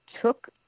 took